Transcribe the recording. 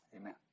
Amen